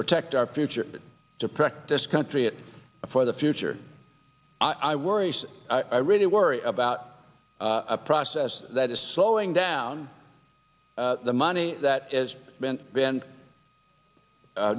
protect our future to practice country it for the future i worry i really worry about a process that is slowing down the money that as been been